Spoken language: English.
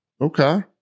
okay